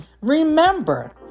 Remember